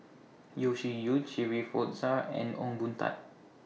Yeo Shih Yun Shirin Fozdar and Ong Boon Tat